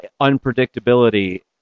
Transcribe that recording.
Unpredictability